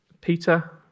Peter